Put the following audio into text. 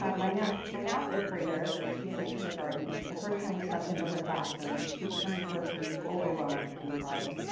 um my now my now fifth grader when she was in kindergarten the first time we stepped into her classroom she turned toward towards me overwhelmed and cried.